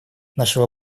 нашего